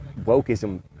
wokeism